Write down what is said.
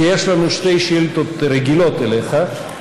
כי יש לנו שתי שאילתות רגילות אליך.